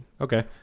okay